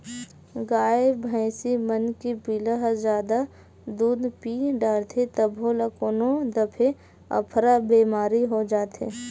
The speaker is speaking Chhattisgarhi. गाय भइसी मन के पिला ह जादा दूद पीय डारथे तभो ल कोनो दफे अफरा बेमारी हो जाथे